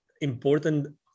important